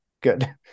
good